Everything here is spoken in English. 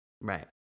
Right